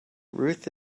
ruth